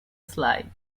slide